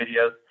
videos